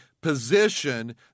Position